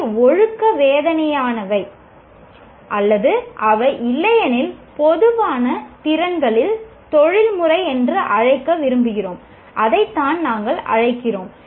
அவை ஒழுக்க வேதனையானவை அல்லது அவை இல்லையெனில் பொதுவான திறன்களில் தொழில்முறை என்று அழைக்க விரும்புகிறோம் அதைத்தான் நாங்கள் அழைக்கிறோம்